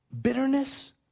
bitterness